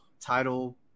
title